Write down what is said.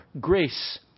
grace